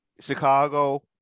chicago